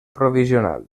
provisional